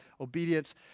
obedience